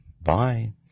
Bye